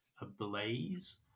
Ablaze